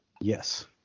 yes